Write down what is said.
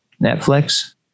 Netflix